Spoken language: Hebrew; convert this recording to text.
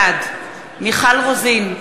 בעד מיכל רוזין,